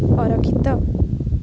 ଅରକ୍ଷିତ